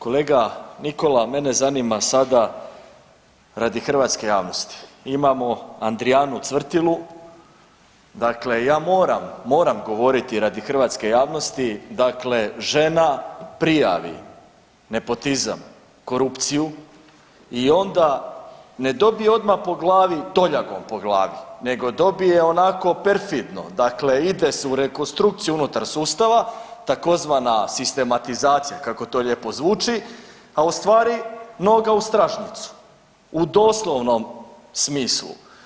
Kolega Nikola mene zanima sada radi hrvatske javnosti, imamo Andrijanu Cvrtilu, dakle ja moram, moram govoriti radi hrvatske javnosti, dakle žena prijavi nepotizam, korupciju i onda ne dobije odmah po glavi toljagom po glavi, nego dobije onako perfidno, dakle ide se u rekonstrukciju unutar sustava tzv. sistematizacija kako to lijepo zvuči, a u stvari noga u stražnjicu u doslovnom smislu.